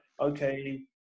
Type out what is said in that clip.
okay